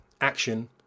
action